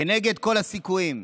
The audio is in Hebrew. כנגד כל הסיכויים,